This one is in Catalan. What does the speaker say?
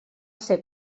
ser